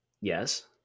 Yes